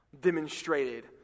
demonstrated